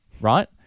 Right